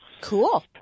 Cool